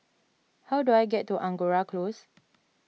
how do I get to Angora Close